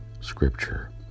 Scripture